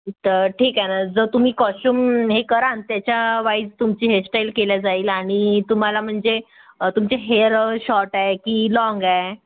तर ठीक आहे ना जर तुम्ही कॉस्च्युम हे करान त्याच्यावाईज तुमची हेअरस्टाईल केली जाईल आणि तुम्हाला म्हणजे तुमचे हेअर शॉर्ट आहे की लाँग आहे